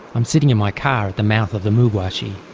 i'm sitting in my car at the mouth of the mu-gua xi,